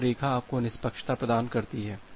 तो यह रेखा आपको निष्पक्षता प्रदान करती है